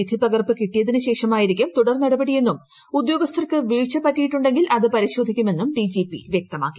വിധിപ്പകർപ്പ് കിട്ടിയതിന് ശേഷമാ്യിരിക്കും തുടർ നടപടിയെന്നും ഉദ്യോഗസ്ഥർക്ക് വീഴ്ച പറ്റിയിട്ടുണ്ടെങ്കിൽ അത് പരിശോധിക്കുമെന്നും ഡിജിപി വ്യക്തമാക്കി